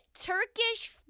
Turkish